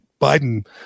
Biden